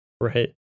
right